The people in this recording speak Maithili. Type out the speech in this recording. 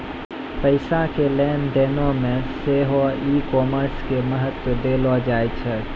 पैसा के लेन देनो मे सेहो ई कामर्स के महत्त्व देलो जाय छै